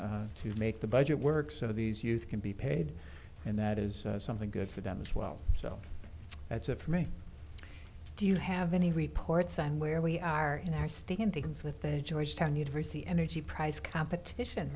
to make the budget work so these youth can be paid and that is something good for them as well so that's it for me do you have any reports on where we are in our state and things with that georgetown university energy price competition